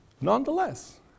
Nonetheless